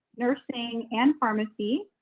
nursing, and pharmacy.